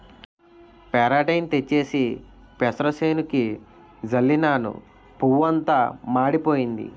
పెరాటేయిన్ తెచ్చేసి పెసరసేనుకి జల్లినను పువ్వంతా మాడిపోయింది